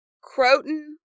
Croton